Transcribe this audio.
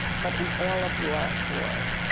but in all of your glory.